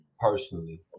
personally